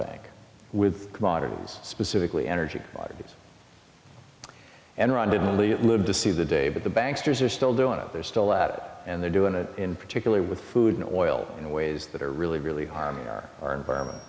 bank with commodities specifically energy and randomly it lived to see the day but the banks are still doing it they're still at it and they're doing it in particular with food unoiled in ways that are really really harming their our environment